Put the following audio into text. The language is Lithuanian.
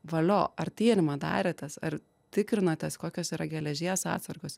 valio ar tyrimą darėtės ar tikrinotės kokios yra geležies atsargos